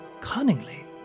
cunningly